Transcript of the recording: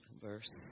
verse